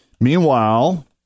Meanwhile